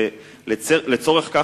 ולצורך כך,